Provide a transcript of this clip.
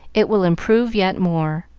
it will improve yet more.